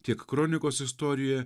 tiek kronikos istorijoje